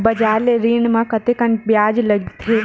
बजार ले ऋण ले म कतेकन ब्याज लगथे?